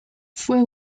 fue